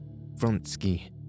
Vronsky